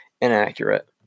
inaccurate